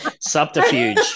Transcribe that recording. Subterfuge